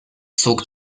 zog